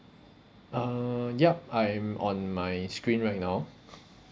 uh yup I'm on my screen right now